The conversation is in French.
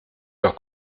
leur